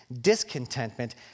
discontentment